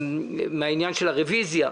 של הרוויזיה.